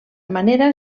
manera